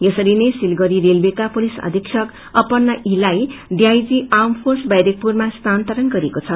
यसरीनै सिलगढ़ी रेलवेका पुलिस अधिक्षक अपन्ना ईलाई डिआईजी आर्म प्रोस बैरकपुरमा स्थानान्तरण गरिएको छ